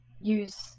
use